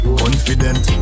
confident